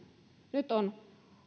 nyt on